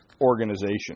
organization